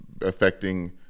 affecting